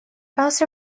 also